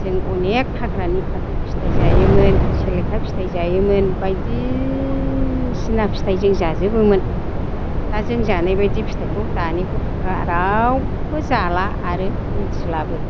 जों अनेक हाग्रानि फादुब फिथाइ जायोमोन सेलेखा फिथाइ जायोमोन बायदिसिना फिथाइ जों जाजोबोमोन दा जों जानायबायदि फिथाइखौ दानि गथ'फ्रा रावबो जाला आरो मिनथिलाबो